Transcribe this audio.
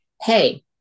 Hey